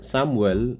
Samuel